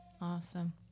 Awesome